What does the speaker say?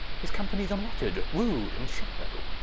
his companies vnletter'd, rude, and shallow,